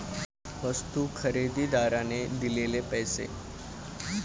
वस्तू खरेदीदाराने दिलेले पैसे